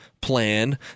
plan